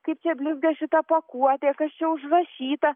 kaip čia blizga šita pakuotė kas čia užrašyta